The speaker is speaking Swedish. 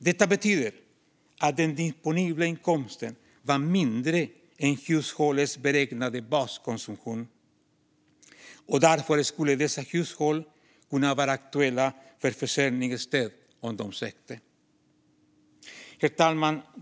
Detta betyder att den disponibla inkomsten var mindre än hushållets beräknade baskonsumtion, och därför skulle dessa hushåll kunna vara aktuella för försörjningsstöd om de sökte det. Herr talman!